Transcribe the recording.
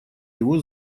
его